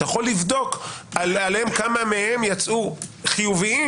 יכול לבדוק עליהם כמה מהם יצאו חיוביים